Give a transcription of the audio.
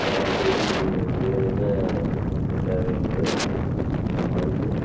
வாழ்க்கையில் வேறென்ன நமக்கு தேவை என்பதை நாம் அறிந்து